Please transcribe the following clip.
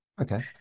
Okay